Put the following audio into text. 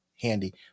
handy